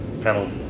Panel